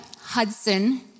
Hudson